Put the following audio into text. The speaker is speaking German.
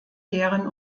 deren